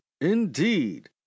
indeed